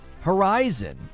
horizon